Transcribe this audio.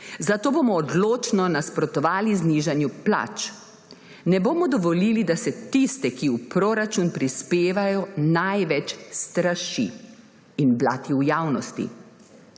zato bomo odločno nasprotovali znižanju plač. Ne bomo dovolili, da se tiste, ki v proračun prispevajo največ, straši in blati v javnosti.